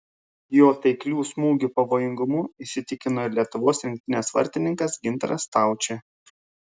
jo taiklių smūgių pavojingumu įsitikino ir lietuvos rinktinės vartininkas gintaras staučė